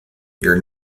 you’re